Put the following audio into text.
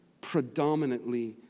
predominantly